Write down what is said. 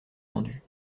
tendus